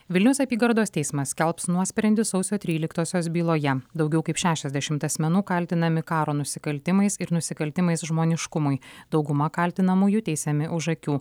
vilniaus apygardos teismas skelbs nuosprendį sausio tryliktosios byloje daugiau kaip šešiasdešimt asmenų kaltinami karo nusikaltimais ir nusikaltimais žmoniškumui dauguma kaltinamųjų teisiami už akių